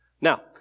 Now